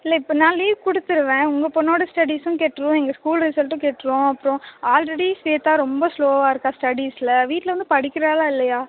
இல்லை இப்போ நான் லீவ் கொடுத்துடுவேன் உங்கள் பொண்ணோட ஸ்டடிஸும் கெட்டுரும் எங்கள் ஸ்கூல் ரிசல்ட்டும் கெட்டுரும் அப்புறம் ஆல்ரெடி ஸ்வேதா ரொம்ப ஸ்லோவாக இருக்கா ஸ்டடிஸில் வீட்டில் வந்து படிக்கிறாளா இல்லையா